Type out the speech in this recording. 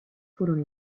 furono